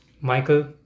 Michael